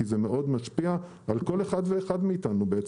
כי זה משפיע על כל אחד ואחד מאיתנו.